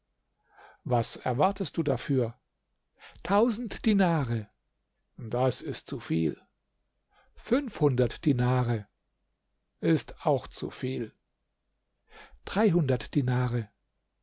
was erwartest du dafür tausend dinare das ist zu viel fünfhundert dinare ist auch zu viel dreihundert dinare